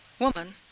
Woman